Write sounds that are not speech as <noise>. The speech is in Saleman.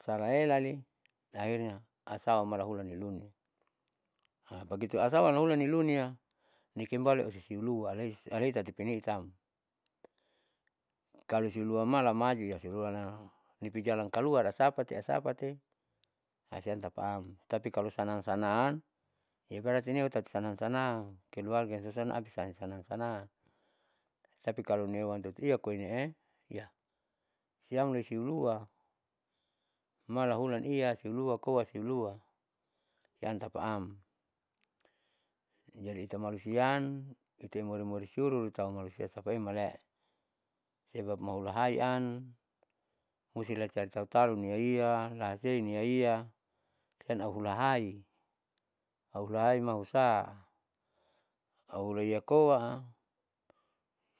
Salaelali akhirnya hasau malahula nilunin <hesitation> bagitu asau nahulanilunia nikembali osisilua alhiit tati pinahiitam kalosilua mala maju siluanam nipijalan kaluar asapati asapati asiam tapaam tapi kalo sanang sanang ibarateniu tati sanang sanang keluaga sonsoun absa sanang sanang tapi nihuan tutuan koinee iya siam soilua mala ulan iya silua koa silua siam tapaam jadi itamalusian itemori mori suruh lumasia tapaemale sebab mahulahaian musti latau niiyaiya lahasen niiyaiya sian auhulahai auhulaihai mausa auhulaia koa